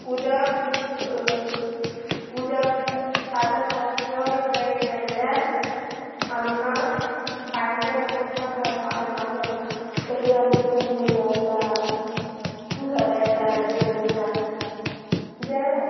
उदक उदक आतां समज नळ सुद्दां येयना जाल्यार आमकां बांयचेर असो उदक हाडपाक गावता तशेंच आमचे खूब न्हंयो आसात झरे आसात झरी आसात जे